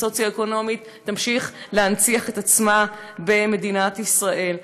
הסוציואקונומית תמשיך להנציח את עצמה במדינת ישראל.